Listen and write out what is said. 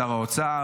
שר האוצר.